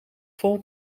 vol